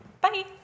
Bye